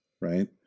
right